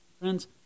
Friends